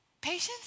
Patience